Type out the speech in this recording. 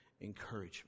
encouragement